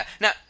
now